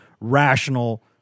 rational